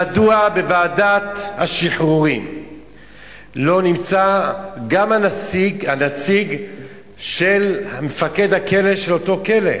מדוע בוועדת השחרורים לא נמצא גם הנציג של מפקד הכלא של אותו כלא?